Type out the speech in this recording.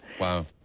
Wow